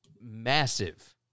massive